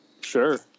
Sure